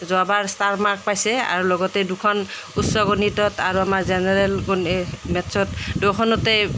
যোৱাবাৰ star marks পাইছে আৰু লগতে দুখন উচ্চ গণিতত আৰু আমাৰ জেনেৰেল গণি মেথছত দুয়োখনতেই